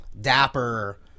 dapper